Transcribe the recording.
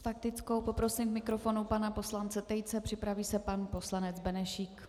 S faktickou poprosím k mikrofonu pana poslance Tejce, připraví se pan poslanec Benešík.